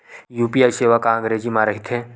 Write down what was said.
UPI सेवा का अंग्रेजी मा रहीथे?